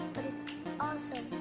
but it's also